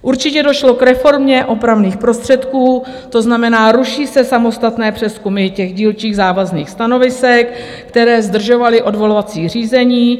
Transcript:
Určitě došlo k reformě opravných prostředků, to znamená, ruší se samostatné přezkumy dílčích závazných stanovisek, které zdržovaly odvolací řízení.